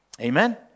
Amen